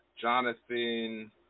Jonathan